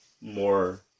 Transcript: more